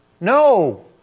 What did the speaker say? No